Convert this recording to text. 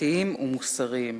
חברתיים ומוסריים.